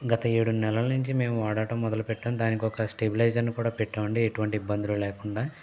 గత ఏడు నెలల్నించి మేము వాడటం మొదలు పెట్టాం దానికి ఒక స్టెబిలైజర్ ని కూడా పెట్టాం అండి ఎటువంటి ఇబ్బందులు లేకుండా